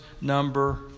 number